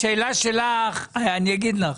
השאלה שלך, אני אגיד לך,